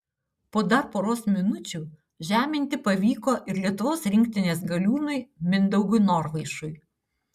po dar poros minučių žeminti pavyko ir lietuvos rinktinės galiūnui mindaugui norvaišui